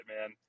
man